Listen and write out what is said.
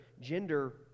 gender